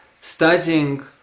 studying